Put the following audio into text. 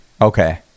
okay